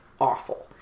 awful